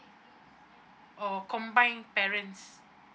or combined parents